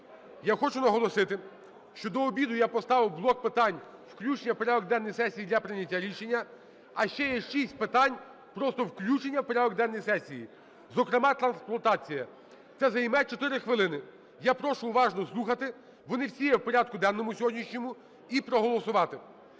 я хочу наголосити, що до обіду я поставив блок питань включення в порядок денний сесії для прийняття рішення. А ще є 6 питань просто включення в порядок денний сесії. Зокрема трансплантація. Це займе 4 хвилини. Я прошу уважно слухати, вони всі є в порядку денному сьогоднішньому, і проголосувати.